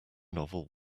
novel